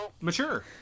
mature